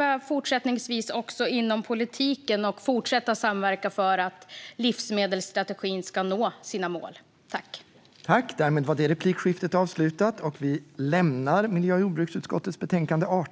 kan vara konstruktiva inom politiken och fortsätta samverka för att livsmedelsstrategin ska nå sina mål. Material och produkter avsedda att komma i kontakt med livsmedel